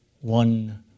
one